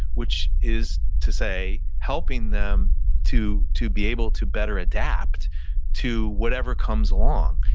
which is to say helping them to to be able to better adapt to whatever comes along.